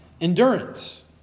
endurance